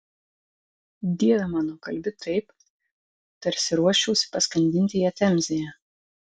dieve mano kalbi taip tarsi ruoščiausi paskandinti ją temzėje